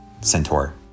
Centaur